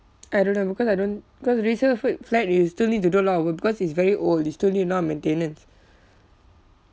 I don't know because I don't cause resale foot flat is still need to do a lot of work because it's very old it still need a lot of maintenance